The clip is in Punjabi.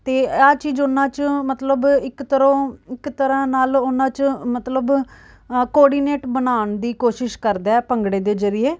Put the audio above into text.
ਅਤੇ ਆਹ ਚੀਜ਼ ਉਨ੍ਹਾਂ 'ਚ ਮਤਲਬ ਇੱਕ ਤਰੋਂ ਇੱਕ ਤਰ੍ਹਾਂ ਨਾਲ ਉਨ੍ਹਾਂ 'ਚ ਮਤਲਬ ਅ ਕੋਰਡੀਨੇਟ ਬਣਾਉਣ ਦੀ ਕੋਸ਼ਿਸ਼ ਕਰਦਾ ਭੰਗੜੇ ਦੇ ਜਰੀਏ